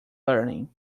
learning